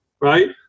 Right